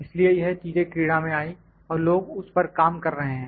इसलिए यह चीजें क्रीडा में आई और लोग उस पर काम कर रहे हैं